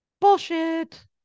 Bullshit